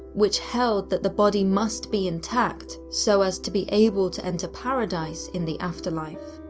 which held that the body must be intact so as to be able to enter paradise in the afterlife.